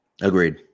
Agreed